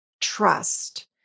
trust